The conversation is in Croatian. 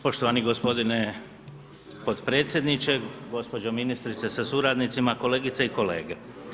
Poštovani gospodine potpredsjedniče, gospođo ministrice sa suradnicima, kolegice i kolege.